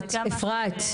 אפרת.